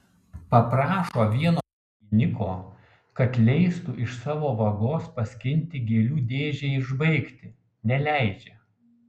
paprašo vieno skyniko kad leistų iš savo vagos paskinti gėlių dėžei užbaigti neleidžia